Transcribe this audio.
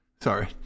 Sorry